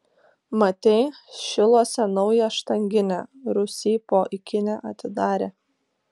matei šiluose naują štanginę rūsy po ikine atidarė